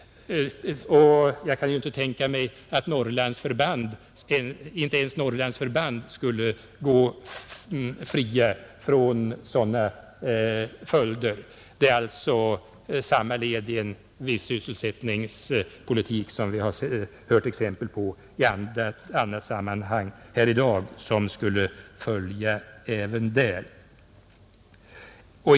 Och inte ens Norrlandsförbanden skulle gå fria från sådana följder. Det är alltså samma led i en viss sysselsättningspolitik som vi har haft exempel på i annat sammanhang här i dag, som skulle följa även där.